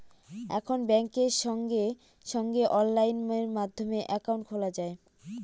এখন ব্যাঙ্কে সঙ্গে সঙ্গে অনলাইন মাধ্যমে একাউন্ট খোলা যায়